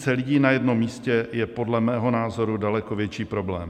Více lidí na jednom místě je podle mého názoru daleko větší problém.